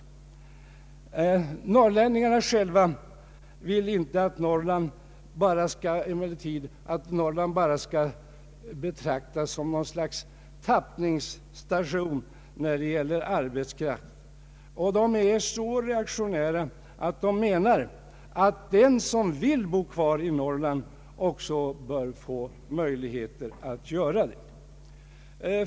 Men norrlänningarna själva vill inte att Norrland bara skall betraktas som någon sorts tappningsstation när det gäller arbetskraft. De är så reaktionära att de hävdar att den som vill bo kvar i Norrland också bör få möjligheter att göra det.